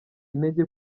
intege